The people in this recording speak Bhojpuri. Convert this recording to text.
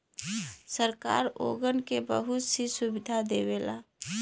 सरकार ओगन के बहुत सी सुविधा देवला